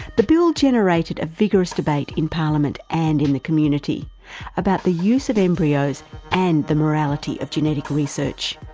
the bill generated a vigorous debate in parliament, and in the community about the use of embryos and the morality of genetic research.